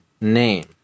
name